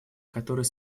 который